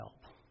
help